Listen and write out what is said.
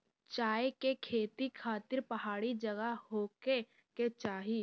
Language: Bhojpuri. चाय के खेती खातिर पहाड़ी जगह होखे के चाही